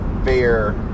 fair